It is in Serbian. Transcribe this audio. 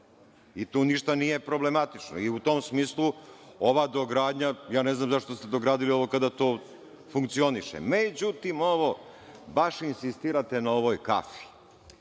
i tu ništa nije problematično. U tom smislu ova dogradnja, ja ne znam zašto ste dogradili ovo kada to funkcioniše. Međutim, ovo baš insistirate na ovoj kafi.